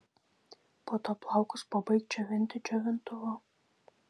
po to plaukus pabaik džiovinti džiovintuvu